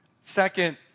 Second